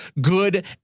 good